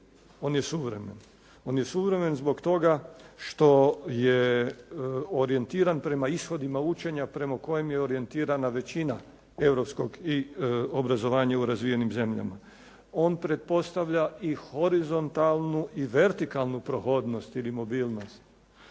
svega suvremen, on je suvremen zbog toga što je orijentiran prema ishodima učenja prema kojem je orijentirana većina europskog obrazovanja u razvijenim zemljama. On pretpostavlja i horizontalnu i vertikalnu prohodnost ili mobilnost.